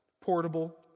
portable